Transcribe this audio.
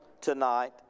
tonight